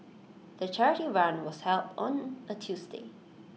the charity run was held on A Tuesday